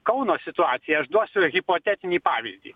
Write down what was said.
kauno situacija aš duosiu hipotetinį pavyzdį